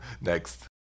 next